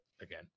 again